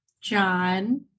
John